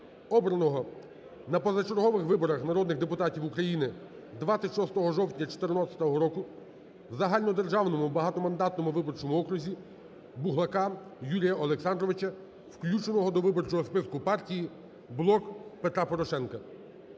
обраного на позачергових виборах народних депутатів України 26 жовтня 2014 року в загальнодержавному багатомандатному виборчому окрузі, Буглака Юрія Олександровича включеного до виборчого списку партії "Блок Петра Порошенка".